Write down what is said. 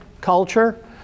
culture